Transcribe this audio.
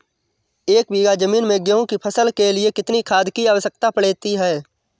एक बीघा ज़मीन में गेहूँ की फसल के लिए कितनी खाद की आवश्यकता पड़ती है?